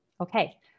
Okay